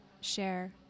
share